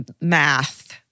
math